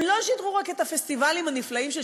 הם לא שידרו רק את הפסטיבלים הנפלאים של